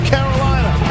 Carolina